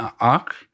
arc